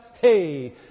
Hey